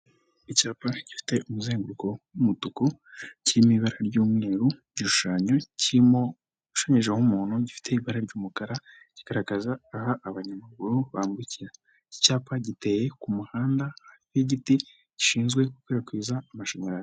Icyapa gifite umuzenguruko w'umutuku, kirimo ibara ry'umweru, igishushanyo kirimo ushushanyijeho umuntu, gifite ibara ry'umukara kigaragaza aho abanyamaguru bambukira. Iki cyapa giteye ku muhanda w'igiti gishinzwe gukwirakwiza amashanyarazi.